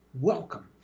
welcome